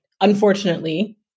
unfortunately